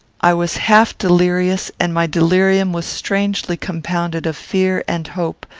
i was half delirious, and my delirium was strangely compounded of fear and hope,